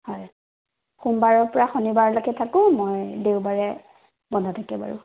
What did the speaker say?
হয় সোমবাৰৰ পৰা শনিবাৰলৈকে থাকো মই দেওবাৰে বন্ধ থাকে বাৰু